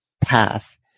path